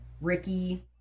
Ricky